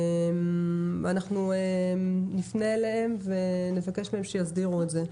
אנחנו נפנה אליהם ונבקש מהם שיסדירו את זה.